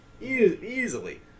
Easily